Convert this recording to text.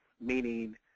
meaning